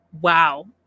wow